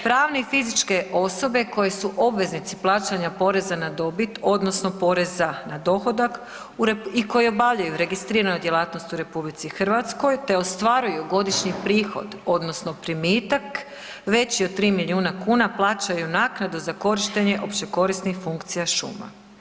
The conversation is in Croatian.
Pravne i fizičke osobe koje su obveznici plaćanja poreza na dobit odnosno proreza na dohodak i koje obavljaju registriranu djelatnost u RH te ostvaruju godišnji prihod odnosno primitak veći od 3 milijuna kuna plaćaju naknadu za korištenje općekorisnih funkcija šuma.